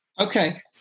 Okay